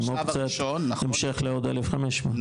עם אופציית המשך לעוד 1,500. בשלב הראשון,